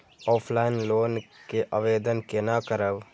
Offline loan के आवेदन केना करब?